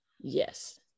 Yes